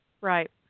Right